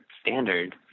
standard